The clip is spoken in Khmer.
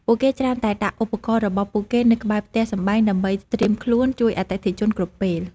ពួកគេច្រើនតែដាក់ឧបករណ៍របស់ពួកគេនៅក្បែរផ្ទះសម្បែងដើម្បីត្រៀមខ្លួនជួយអតិថិជនគ្រប់ពេល។